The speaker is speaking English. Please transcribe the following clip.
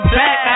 back